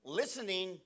listening